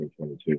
2022